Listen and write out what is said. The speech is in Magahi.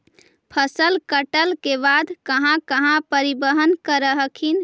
फसल कटल के बाद कहा कहा परिबहन कर हखिन?